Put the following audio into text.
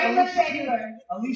Alicia